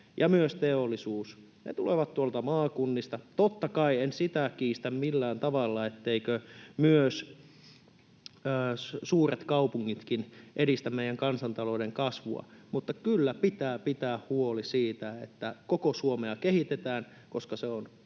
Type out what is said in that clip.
ja myös teollisuus tulevat tuolta maakunnista. Totta kai, en sitä kiistä millään tavalla, etteivätkö myös suuret kaupungitkin edistä meidän kansantalouden kasvua, mutta kyllä pitää pitää huoli siitä, että koko Suomea kehitetään, koska se on